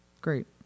Great